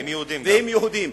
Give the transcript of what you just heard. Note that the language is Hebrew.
ועם יהודים.